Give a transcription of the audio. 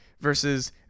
Versus